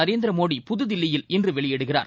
நரேந்திர மோடி புதுதில்லியில் இன்று வெளியிடுகிறார்